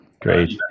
Great